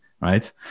right